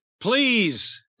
please